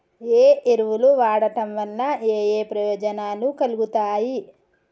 ఏ ఎరువులు వాడటం వల్ల ఏయే ప్రయోజనాలు కలుగుతయి?